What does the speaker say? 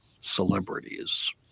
celebrities